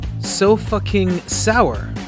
So-Fucking-Sour